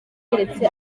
keretse